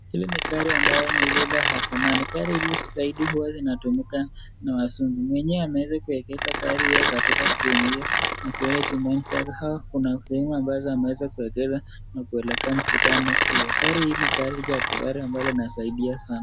Hili ni gari ambalo ni zile za zamani, gari hizi zaidi hutumika na wazungu. Mwenyewe ameweza kuegeza gari lake sehemu hii na kuenda chumbani chake, au kuna sehemu ameweza kuegeza na kuelekea mkutano. Gari hili ni garila kifahari ambalo linasaidia sana.